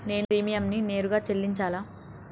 నేను ప్రీమియంని నేరుగా చెల్లించాలా?